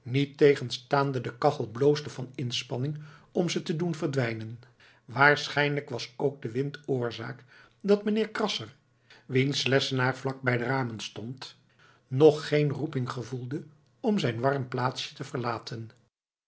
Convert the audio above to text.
niettegenstaande de kachel bloosde van inspanning om ze te doen verdwijnen waarschijnlijk was ook de wind oorzaak dat mijnheer krasser wiens lessenaar vlak bij de ramen stond nog geen roeping gevoelde om zijn warm plaatsje te verlaten